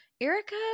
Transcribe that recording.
Erica